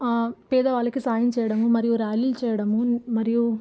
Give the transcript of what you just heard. పేదవాళ్ళకు సాయం చేయడము మరియు ర్యాలీలు చేయడము మరియు